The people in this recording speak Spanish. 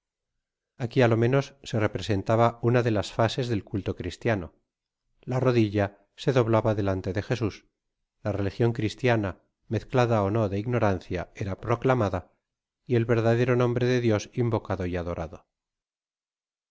aqui á lo menos se representaba una de las fases del culto cristiano la rodilla se doblaba delante de jesus la religion cristiana mezclada ó no de ignorancia era proclamada y el verdadero nombre de dios invocado y adorado